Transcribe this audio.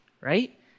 right